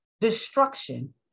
Destruction